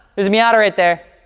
there's a miata right there,